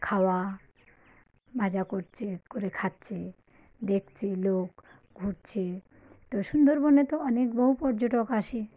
খাওয়া ভাজা করছে করে খাচ্ছে দেখছে লোক ঘুরছে তো সুন্দরবনে তো অনেক বহু পর্যটক আসে